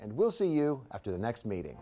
and we'll see you after the next meeting